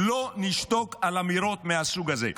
לא נשתוק על אמירות מהסוג הזה.